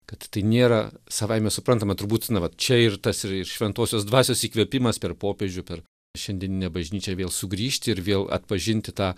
kad tai nėra savaime suprantama turbūt na vat čia ir tas ir ir šventosios dvasios įkvėpimas per popiežių per šiandieninę bažnyčią vėl sugrįžti ir vėl atpažinti tą